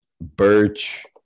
Birch